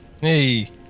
Hey